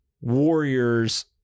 warriors